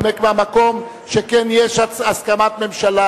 לוועדת הכלכלה על מנת להכינה לקריאה ראשונה.